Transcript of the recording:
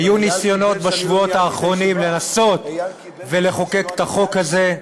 היו ניסיונות בשבועות האחרונים לנסות ולחוקק את החוק הזה,